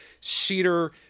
cedar